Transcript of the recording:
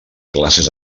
classes